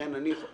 לכן אני מבקש,